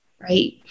right